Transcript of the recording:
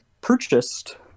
purchased